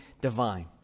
divine